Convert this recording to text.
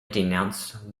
denounced